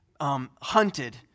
hunted